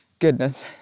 Goodness